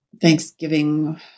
Thanksgiving